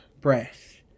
breath